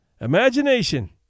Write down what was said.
Imagination